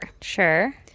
Sure